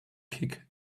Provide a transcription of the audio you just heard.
kick